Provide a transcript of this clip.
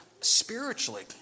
spiritually